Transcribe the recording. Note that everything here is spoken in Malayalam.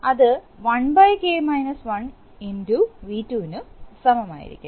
അത് 1 x V2 സമമായിരിക്കും